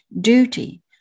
duty